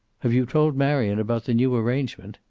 have you told marion about the new arrangement?